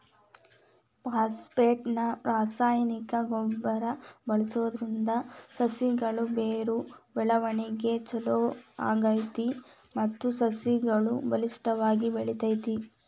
phosphate ನ ರಾಸಾಯನಿಕ ಗೊಬ್ಬರ ಬಳ್ಸೋದ್ರಿಂದ ಸಸಿಗಳ ಬೇರು ಬೆಳವಣಿಗೆ ಚೊಲೋ ಆಗ್ತೇತಿ ಮತ್ತ ಸಸಿನು ಬಲಿಷ್ಠವಾಗಿ ಬೆಳಿತೇತಿ